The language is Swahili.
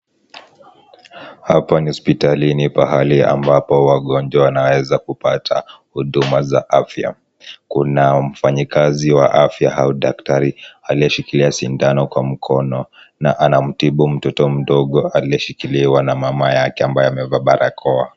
Hapa ni hospitalini, pahali ambapo wagonjwa wanaweza kupata huduma za afya. Kuna mfanyikazi wa afya au daktari aliyeshikilia sindano kwa mkono na anamtibu mtoto mdogo aliyeshikiliwa na mama yake ambaye amevaa barakoa.